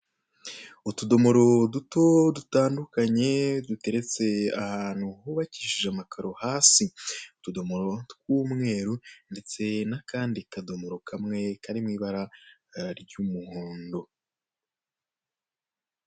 Utudomoro duto dutandukanye duteretse ahantu hubakishije amakaro hasi, utudomoro tw'umweru ndetse n'akandi kadomoro kamwe kari mu ibara ry'umuhondo.